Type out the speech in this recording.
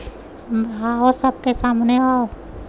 भावो सबके सामने हौ